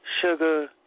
Sugar